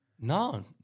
No